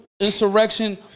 Insurrection